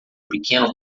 pequeno